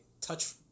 touch